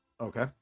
Okay